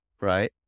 Right